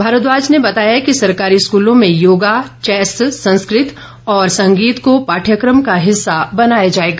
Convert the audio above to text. भारद्वाज ने बताया कि सरकारी स्कूलों में योगा चैस संस्कृत और संगीत को पाठ्यक्रम का हिस्सा बनाया जाएगा